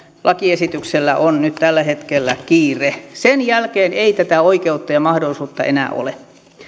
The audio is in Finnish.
lakiesityksellä on nyt tällä hetkellä kiire sen jälkeen ei tätä oikeutta ja mahdollisuutta enää ole